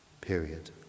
period